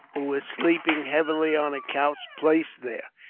who was sleeping heavily on a couch placed there,